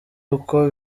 uko